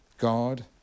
God